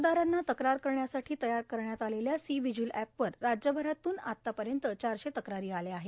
मतदारांना तक्रार करण्यासाठी तयार करण्यात आलेल्या सी व्हिजील एपवर राज्यभरातून आतापर्यंत चारशे तक्रारी आल्या आहेत